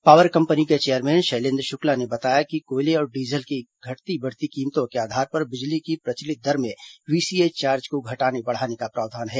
power company के chairman Shailendra Shukla ने बताया कि कोयले और डीजल की घटती बढ़ती कीमतों के आधार पर बिजली की प्रचलित दर में वीसीए चार्ज को घटाने बढ़ाने का प्रावधान है